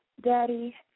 Daddy